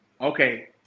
okay